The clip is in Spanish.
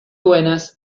buenas